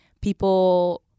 people